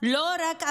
לא רק אחריות,